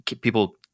people